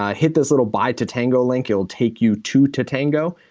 ah hit this little by tatango link. it'll take you to tatango.